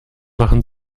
machen